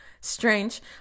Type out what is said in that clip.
strange